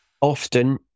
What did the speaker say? Often